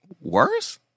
worse